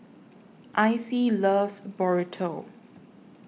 Icey loves Burrito